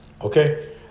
Okay